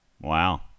Wow